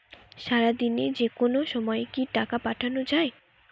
সারাদিনে যেকোনো সময় কি টাকা পাঠানো য়ায়?